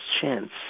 chance